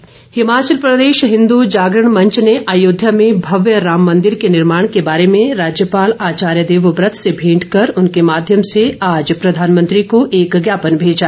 ज्ञापन हिमाचल प्रदेश हिंदू जागरण मंच ने अयोध्या में भव्य राम मंदिर के निर्माण के बारे में राज्यपाल आचार्य देवव्रत से भेंट कर उनके माध्यम से आज प्रधानमंत्री को एक ज्ञापन भेजा